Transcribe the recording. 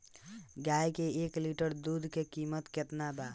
गाय के एक लीटर दुध के कीमत केतना बा?